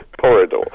corridor